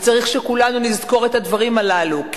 וצריך שכולנו נזכור את הדברים הללו.